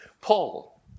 Paul